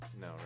No